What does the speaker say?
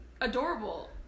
adorable